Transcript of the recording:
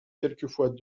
quelquefois